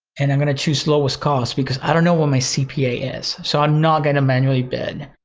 and i'm gonna choose lowest cost because i don't know what my cpa is. so i'm not gonna manually bid.